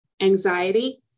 anxiety